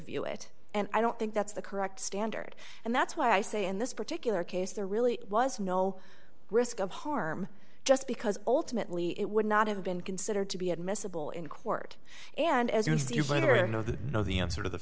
view it and i don't think that's the correct standard and that's why i say in this particular case there really was no risk of harm just because ultimately it would not have been considered to be admissible in court and as you